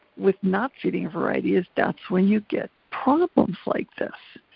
with not feeding a variety is that's when you get problems like this,